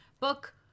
book